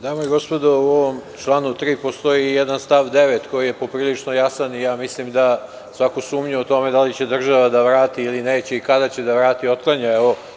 Dame i gospodo, u ovom članu 3. postoji i jedan stav 9. koji je poprilično jasan i ja mislim da svaku sumnju u tome da li će država da vrati ili neće i kada će da vrati, otklanja ovo.